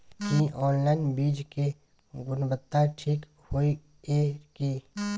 की online बीज के गुणवत्ता ठीक होय ये की?